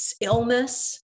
illness